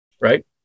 right